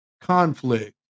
conflict